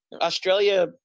Australia